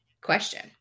question